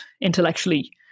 intellectually